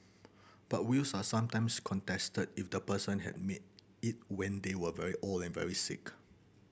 but wills are sometimes contested if the person had made it when they were very old and very sick